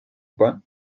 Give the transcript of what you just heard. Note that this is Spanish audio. pan